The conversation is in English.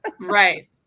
Right